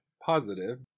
positive